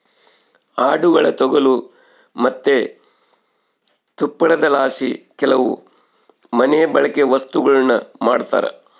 ಆಡುಗುಳ ತೊಗಲು ಮತ್ತೆ ತುಪ್ಪಳದಲಾಸಿ ಕೆಲವು ಮನೆಬಳ್ಕೆ ವಸ್ತುಗುಳ್ನ ಮಾಡ್ತರ